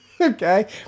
Okay